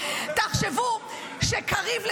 תחשבו שקריב,